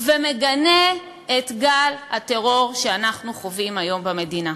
ומגנה את גל הטרור שאנחנו חווים היום במדינה?